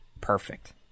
Perfect